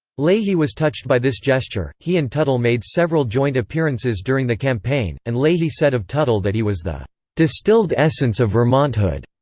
leahy was touched by this gesture he and tuttle made several joint appearances during the campaign, and leahy said of tuttle that he was the distilled essence of vermonthood.